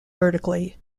vertically